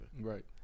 Right